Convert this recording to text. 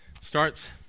starts